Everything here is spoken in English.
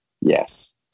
Yes